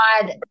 God